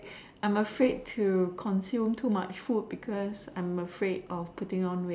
I'm afraid to consume too much food because I'm afraid of putting on weight